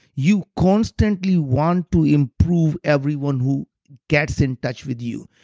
you constantly want to improve everyone who gets in touch with you.